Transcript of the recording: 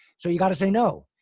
so you got to say no,